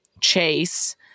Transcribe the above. chase